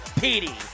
Petey